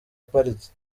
pariki